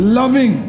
loving